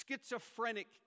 schizophrenic